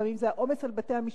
לפעמים זה העומס על בתי-המשפט.